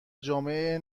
جامعه